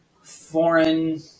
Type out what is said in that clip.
Foreign